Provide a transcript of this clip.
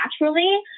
naturally